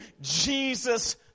Jesus